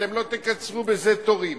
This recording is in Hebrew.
אתם לא תקצרו בזה תורים.